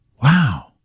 Wow